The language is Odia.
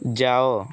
ଯାଅ